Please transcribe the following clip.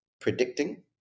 predicting